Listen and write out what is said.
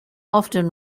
often